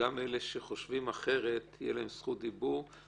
שגם אלה שחושבים אחרת, תהיה להם זכות דיבור.